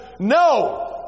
No